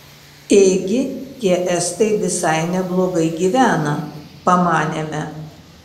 ėgi tie estai visai neblogai gyvena pamanėme